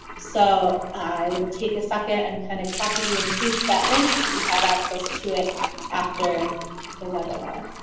so i would take a second and kind of copy and paste that link so you have access to it after the webinar.